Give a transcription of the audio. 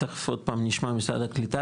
תיכף עוד פעם נשמע ממשרד הקליטה,